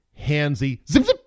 handsy